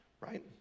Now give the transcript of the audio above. right